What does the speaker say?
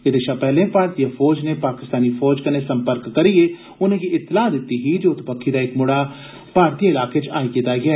एह्दे शा पैह्ले भारतीय फौज नै पाकिस्तानी फौज कन्नै संपर्क करियै उनेंगी इतलाह दित्ती ही जे उत्त बक्खी दा इक मुड़ा भारतीय इलाके च आई गेदा ऐ